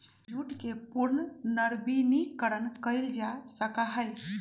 jute के पुनर्नवीनीकरण कइल जा सका हई